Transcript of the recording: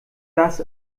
das